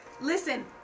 listen